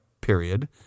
period